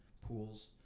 pools